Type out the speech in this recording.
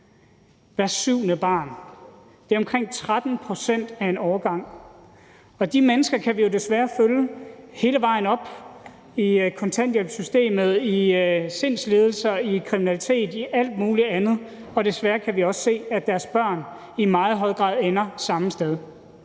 hvert syvende barn! Det er omkring 13 pct. af en årgang. Og de mennesker kan vi jo desværre følge hele vejen op i kontanthjælpssystemet, på området for sindslidelser og kriminalitet og på alle mulige andre områder, og desværre kan vi også se, at deres børn i meget høj grad ender samme sted.